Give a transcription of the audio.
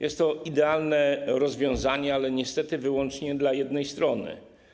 Jest to idealne rozwiązanie, ale niestety wyłącznie dla jednej strony.